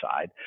side